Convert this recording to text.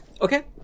Okay